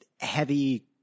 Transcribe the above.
heavy